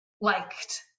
liked